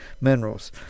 minerals